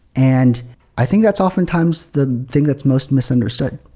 and i think that's oftentimes the thing that's most misunderstood.